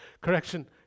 Correction